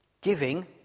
Giving